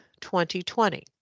2020